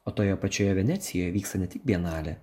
o toje pačioje venecijoje vyksta ne tik bienalė